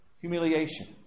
humiliation